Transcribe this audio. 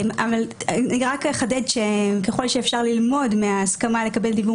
אבל אני רק אחדד שככל שאפשר ללמוד מההסכמה לקבל דיוור